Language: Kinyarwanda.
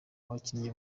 abakinnyi